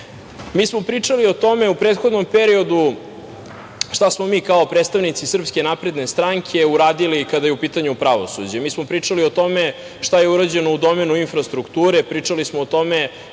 smo pričali o tome u prethodnom periodu šta smo mi, kao predstavnici SNS, uradili kada je u pitanju pravosuđe. Mi smo pričali o tome šta je urađeno u domenu infrastrukture. Pričali smo o tome